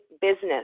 business